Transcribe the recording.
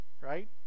Right